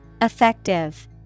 Effective